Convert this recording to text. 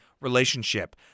relationship